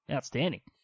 Outstanding